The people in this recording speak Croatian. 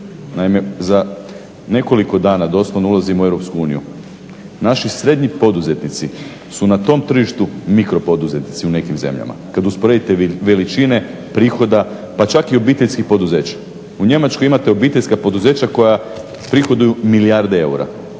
Naime, za nekoliko dana doslovno ulazimo u EU, naši srednji poduzetnici su na tom tržištu mikropoduzetnici u nekim zemljama. Kad usporedite veličine prihoda pa čak i obiteljskih poduzeća. U Njemačkoj imate obiteljska poduzeća koja prihoduju milijarde eura